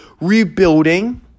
rebuilding